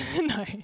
no